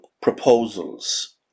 proposals